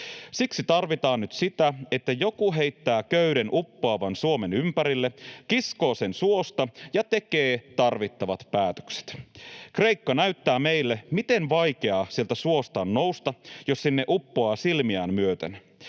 Siksi tarvitaan nyt sitä, että joku heittää köyden uppoavan Suomen ympärille, kiskoo sen suosta ja tekee tarvittavat päätökset. Kreikka näyttää meille, miten vaikeaa sieltä suosta on nousta, jos sinne uppoaa silmiään myöten.